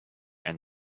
and